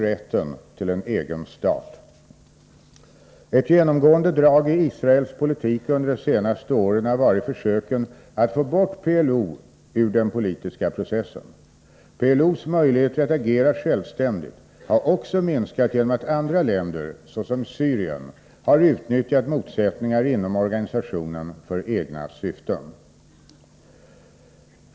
rätten till en egen stat. Ett genomgående drag i Israels politik under de senaste åren har varit försöken att få bort PLO ur den politiska processen. PLO:s möjligheter att agera självständigt har också minskat genom att andra länder, såsom Syrien, har utnyttjat motsättningar inom organisationen för egna syften.